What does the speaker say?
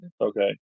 Okay